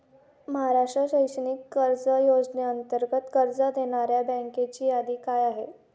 महाराष्ट्र शैक्षणिक कर्ज योजनेअंतर्गत कर्ज देणाऱ्या बँकांची यादी काय आहे?